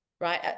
right